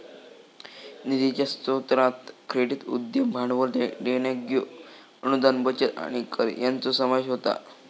निधीच्या स्रोतांत क्रेडिट, उद्यम भांडवल, देणग्यो, अनुदान, बचत आणि कर यांचो समावेश होता